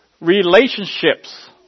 Relationships